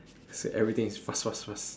I say everything is fast fast fast